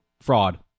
fraud